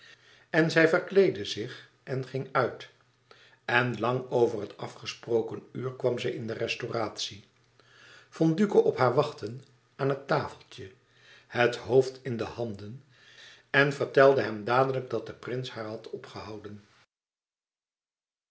en zij verkleedde zich en ging uit en lang over het afgesproken uur kwam zij in de restauratie vond duco op haar wachten aan het tafeltje het hoofd in de handen en vertelde hem dadelijk dat de prins haar had opgehouden